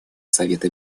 совете